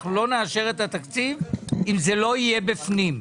אנחנו לא נאשר את התקציב אם זה לא יהיה בפנים.